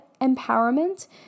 empowerment